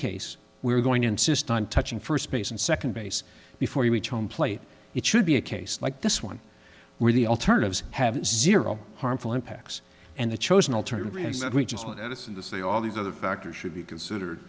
case we're going to insist on touching first base and second base before you reach home plate it should be a case like this one where the alternatives have zero harmful impacts and the chosen alternative really is that we just look at this in the say all these other factors should be considered